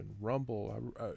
rumble